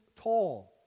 tall